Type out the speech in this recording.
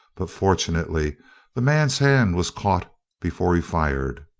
but fortunately the man's hand was caught before he fired.